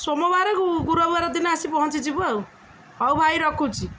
ସୋମବାର ଗୁରୁବାର ଦିନ ଆସି ପହଞ୍ଚିଯିବୁ ଆଉ ହଉ ଭାଇ ରଖୁଛି